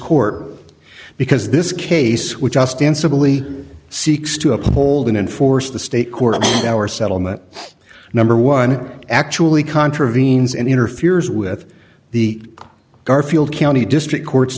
court because this case which ostensibly seeks to uphold and enforce the state court of our settlement number one actually contravenes and interferes with the garfield county district court